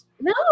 No